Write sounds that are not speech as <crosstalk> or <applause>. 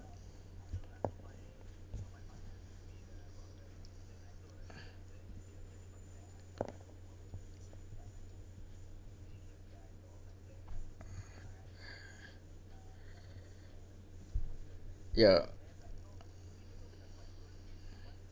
<breath> ya